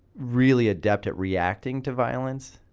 really adept at reacting to violence.